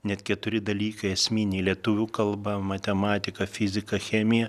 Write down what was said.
net keturi dalykai esminiai lietuvių kalba matematika fizika chemija